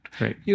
right